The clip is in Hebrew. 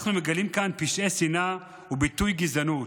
אנחנו מגלים כאן פשעי שנאה וביטויי גזענות,